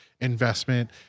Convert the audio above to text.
investment